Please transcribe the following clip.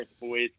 boys